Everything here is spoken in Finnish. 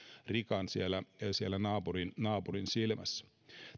rikan siellä siellä naapurin naapurin silmässä